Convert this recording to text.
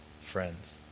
friends